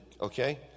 Okay